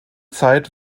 zeit